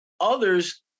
others